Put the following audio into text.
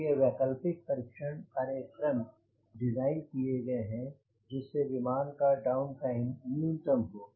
इस लिए वैकल्पिक परीक्षण कार्यक्रम डिज़ाइन किये गए हैं जिससे विमान का डाउनटाइम न्यूनतम हो